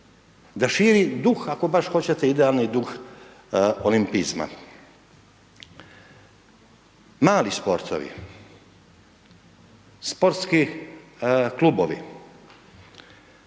da širi duh, ako baš hoćete, ideali duh olimpizma. Mali sportovi, sportski klubovi,